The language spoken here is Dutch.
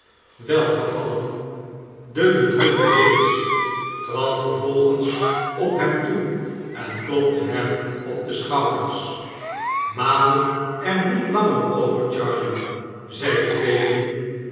welgevallen den bedroerden bates trad vervolgens op hem toe en klopte hem op de schouders maal er niet langer over charley zeide fagin